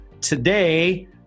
Today